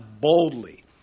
boldly